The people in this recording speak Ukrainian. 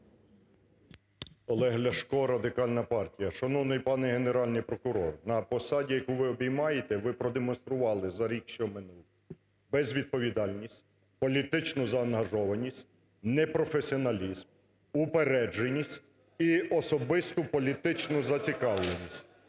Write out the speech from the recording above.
Олег Ляшко, Радикальна партія. Шановний пане Генеральний прокурор, на посаді, яку ви обіймаєте ви продемонстрували за рік, що минув: безвідповідальність, політичну заангажованість, не професіоналізм, упередженість і особисту політичну зацікавленість.